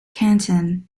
canton